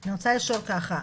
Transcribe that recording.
אני רוצה לשאול ככה,